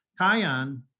Kion